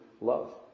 love